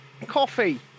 Coffee